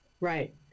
Right